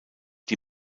die